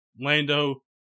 Lando